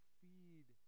feed